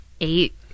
eight